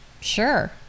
sure